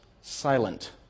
silent